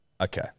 Okay